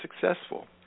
successful